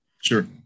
Sure